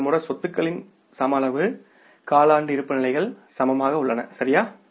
நம்மிடம் உள்ள சொத்துகளின் சம அளவு காலாண்டு இருப்புநிலைகள் சமமாக உள்ளனசரியா